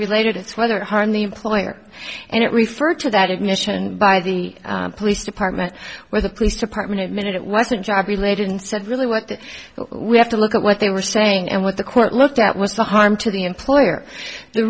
related it's whether to harm the employer and it referred to that admission by the police department where the police department minute it wasn't job related and said really what we have to look at what they were saying and what the court looked at was the harm to the employer the